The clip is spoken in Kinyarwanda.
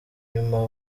nyuma